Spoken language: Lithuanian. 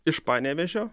iš panevėžio